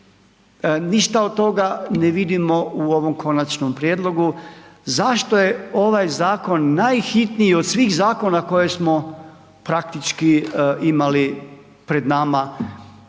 Ništa od toga ne vidimo u ovom končanom prijedlogu. Zašto je ovaj zakon najhitniji od svih zakona koje smo praktički imali pred nama